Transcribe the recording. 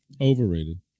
Overrated